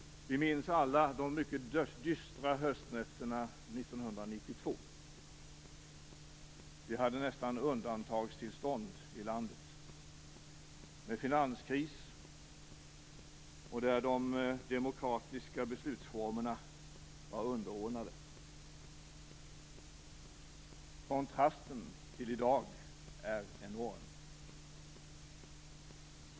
Vi minns alla de mycket dystra höstnätterna 1992. Vi hade nästan undantagstillstånd i landet. Det var finanskris, och de demokratiska beslutsformerna var underordnade. Kontrasten till i dag är enorm.